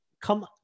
come